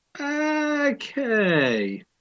Okay